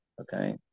Okay